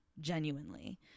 Genuinely